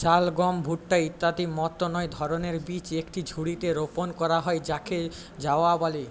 চাল গম ভুট্টা ইত্যাদি মতো নয় ধরনের বীজ একটি ঝুড়িতে রোপণ করা হয় যাকে জাওয়া বলে